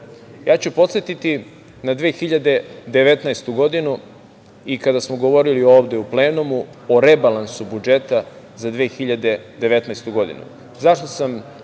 Ja ću podsetiti na 2019. godinu i kada smo govorili ovde u plenumu o rebalansu budžeta za 2019. godinu. Zašto namerno